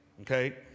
Okay